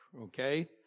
okay